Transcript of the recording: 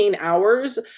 hours